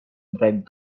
drive